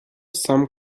some